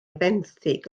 fenthyg